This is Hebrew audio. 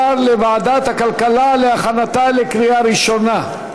לוועדת הכלכלה להכנתה לקריאה ראשונה.